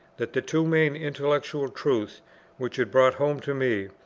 that the two main intellectual truths which it brought home to me,